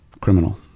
criminal